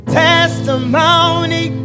testimony